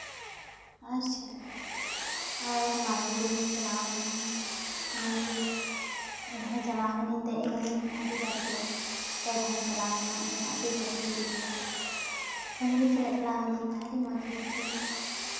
ᱟᱨ ᱢᱟᱨᱟᱝ ᱵᱩᱨᱩ ᱦᱚᱸᱧ ᱪᱟᱞᱟᱣ ᱠᱟᱱᱟ ᱮᱢᱚᱱᱠᱤ ᱚᱸᱰᱮ ᱦᱚᱸ ᱪᱟᱞᱟᱣ ᱠᱟᱹᱱᱟᱹᱧ ᱫᱮᱡ ᱠᱟᱹᱱᱟᱹᱧ ᱟᱹᱰᱤᱵᱟᱨ ᱜᱮ ᱯᱮ ᱫᱷᱟᱣ ᱤᱧ ᱪᱟᱞᱟᱣ ᱠᱟᱱᱟ ᱚᱸᱰᱮ ᱦᱚᱸ ᱟᱹᱰᱤ ᱢᱚᱡᱽ ᱜᱮᱧ ᱵᱩᱡᱷᱟᱹᱣ ᱠᱟᱫᱟ ᱯᱷᱮᱢᱮᱞᱚ ᱥᱟᱞᱟᱜ ᱪᱟᱞᱟᱣ ᱦᱩᱭ ᱞᱮᱱᱛᱮ ᱟᱹᱰᱤ ᱢᱚᱡᱽ ᱜᱮ ᱵᱩᱡᱷᱟᱹᱣᱱᱟ